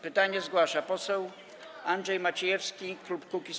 Pytanie zgłasza poseł Andrzej Maciejewski, klub Kukiz’15.